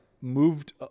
moved